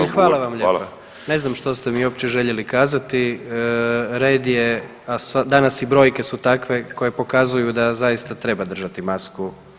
Ne znam što ste mi uopće željeli kazati, red je, a danas i brojke su takve koje pokazuju da zaista treba držati masku.